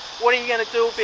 what are you going to do